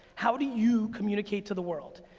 how do you communicate to the world?